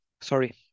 sorry